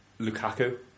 Lukaku